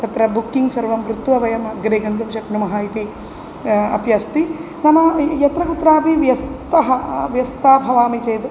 तत्र बुक्किङ्ग् सर्वं कृत्वा वयम् अग्रे गन्तुं शक्नुमः इति अपि अस्ति नाम यत्र कुत्रापि व्यवस्था व्यस्ता भवामि चेद्